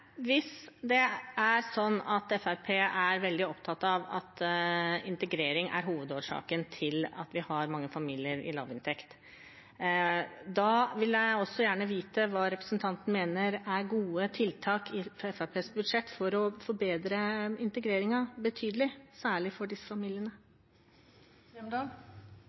Hvis det er sånn at Fremskrittspartiet er veldig opptatt av at manglende integrering er hovedårsaken til at vi har mange familier med lavinntekt, vil jeg gjerne vite hva representanten mener er gode tiltak i Fremskrittspartiets budsjett for å forbedre integreringen betydelig, særlig for disse